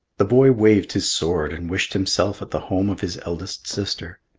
the boy waved his sword and wished himself at the home of his eldest sister.